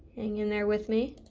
in there with me